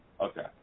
Okay